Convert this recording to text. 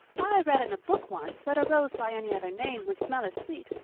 i read in a book once that a rose by any other name would smell as sweet,